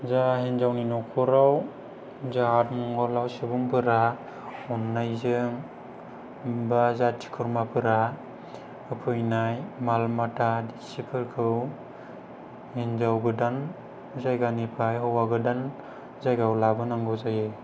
जा हिनजावनि न'खराव जा आथिमंगलाव सुबुंफोरा अननायजों बा जाथि खुरमाफोरा होफैनाय माल माथा देक्सिफोरखौ हिनजाव गोदान जायगानिफ्राय हौवा गोदान जायगायाव लाबोनांगौ जायो